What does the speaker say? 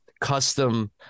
Custom